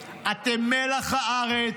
אתם פטריוטים, אתם מלח הארץ.